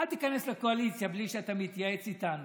אל תיכנס לקואליציה בלי שאתה מתייעץ איתנו,